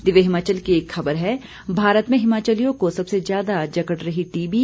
दिव्य हिमाचल की एक खबर है भारत में हिमाचलियों को सबसे ज्यादा जकड़ रही टीबी